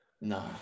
no